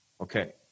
Okay